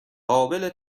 قابل